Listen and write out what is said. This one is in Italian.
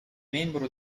membro